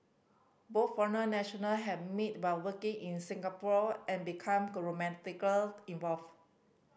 both foreign national had meet by working in Singapore and become involved